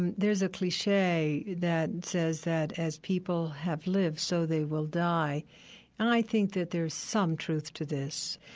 and there's a cliche that says that as people have lived, so they will die. and i think that there's some truth to this.